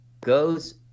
goes